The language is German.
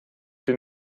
den